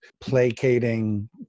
placating